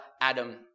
Adam